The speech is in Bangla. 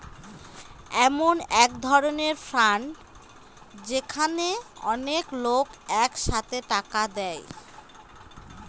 এমন এক ধরনের ফান্ড যেখানে অনেক লোক এক সাথে টাকা দেয়